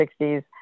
60s